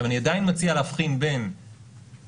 אני עדיין מציע להבחין בין פגיעות